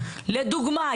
לדוגמא,